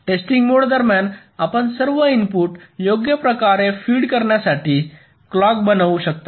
testing mode दरम्यान आपण सर्व इनपुट योग्य प्रकारे फीड करण्यासाठी क्लॉक बनवू शकता